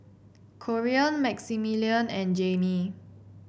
Corean Maximilian and Jaimee